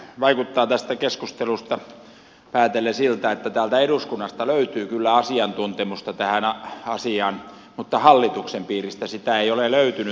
vaikuttaa tästä keskustelusta päätellen siltä että täältä eduskunnasta löytyy kyllä asiantuntemusta tähän asiaan mutta hallituksen piiristä sitä ei ole löytynyt